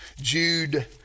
Jude